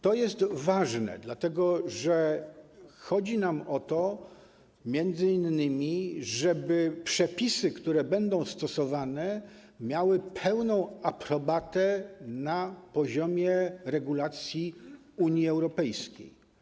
To jest ważne, dlatego że chodzi nam m.in. o to, żeby przepisy, które będą stosowane, miały pełną aprobatę na poziomie regulacji Unii Europejskiej.